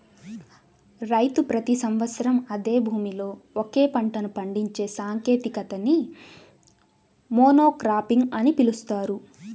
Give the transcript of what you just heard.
రైతు ప్రతి సంవత్సరం అదే భూమిలో ఒకే పంటను పండించే సాంకేతికతని మోనోక్రాపింగ్ అని పిలుస్తారు